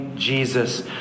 Jesus